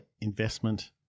investment